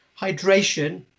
hydration